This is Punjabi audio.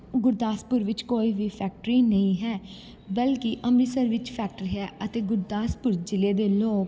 ਗੁਰਦਾਸਪੁਰ ਵਿੱਚ ਕੋਈ ਵੀ ਫੈਕਟਰੀ ਨਹੀਂ ਹੈ ਬਲਕਿ ਅੰਮ੍ਰਿਤਸਰ ਵਿੱਚ ਫੈਕਟਰੀ ਹੈ ਅਤੇ ਗੁਰਦਾਸਪੁਰ ਜ਼ਿਲ੍ਹੇ ਦੇ ਲੋਕ